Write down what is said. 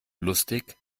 lustig